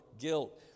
guilt